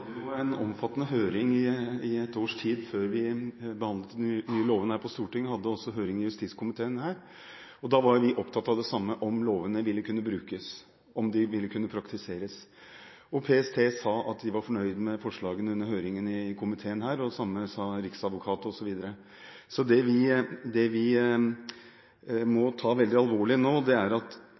en omfattende høring i ett års tid før vi behandlet de nye lovene her på Stortinget. Vi hadde også høring i justiskomiteen. Da var vi opptatt av det samme: om lovene ville kunne brukes, om de ville kunne praktiseres. PST sa under høringen i komiteen at de var fornøyd med forslagene, og det samme sa bl.a. Riksadvokaten. Det vi nå må ta veldig alvorlig – vi har jobbet med dette på Stortinget, og det